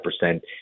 percent